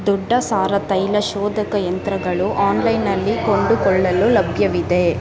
ದೊಡ್ಡ ಸಾರ ತೈಲ ಶೋಧಕ ಯಂತ್ರಗಳು ಆನ್ಲೈನ್ನಲ್ಲಿ ಕೊಂಡುಕೊಳ್ಳಲು ಲಭ್ಯವಿದೆ